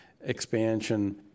expansion